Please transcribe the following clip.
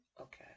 okay